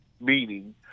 Meaning